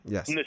Yes